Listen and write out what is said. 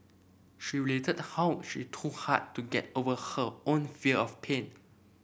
she related how she too had to get over her own fear of pain